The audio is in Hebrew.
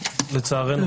לצערנו,